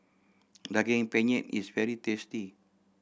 Daging Penyet is very tasty